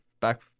back